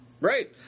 right